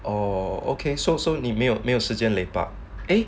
orh okay so so 你没有没有时间 lepak